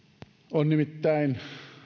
on nimittäin